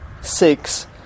six